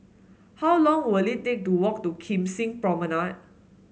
how long will it take to walk to Kim Seng Promenade